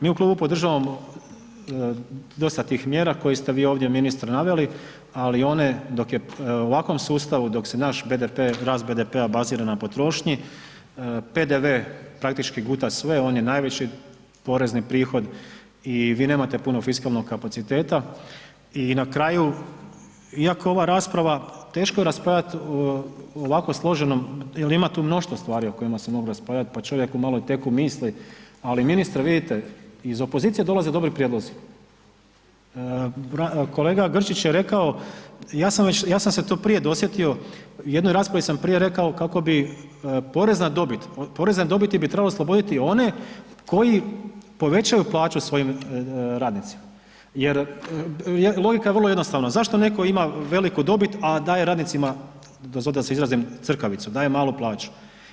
Mi u klubu podržavamo dosta tih mjera koje ste vi ovdje ministre naveli, ali one dok je, u ovakvom sustavu, dok se naš BDP, rast BDP-a bazira na potrošnji, BDP praktički guta sve, on je najveći porezni prihod i vi nemate puno fiskalnog kapaciteta i na kraju iako ova rasprava, teško je raspravljat o ovako složenom jel ima tu mnoštvo stvari o kojima se mogu raspravljat, pa čovjeku malo i teku misli, ali ministre vidite, iz opozicije dolaze dobri prijedlozi, kolega Grčić je rekao, ja sam već, ja sam se to prije dosjetio, u jednoj raspravi sam prije rekao kako bi porezna dobit, od porezne dobiti bi trebalo osloboditi one koji povećaju plaću svojim radnicima jer logika je vrlo jednostavna zašto netko ima veliku dobit, a daje radnicima, dozvolite da se izrazim, crkavicu, daje malu plaću.